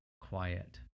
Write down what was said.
quiet